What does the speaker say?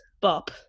Bob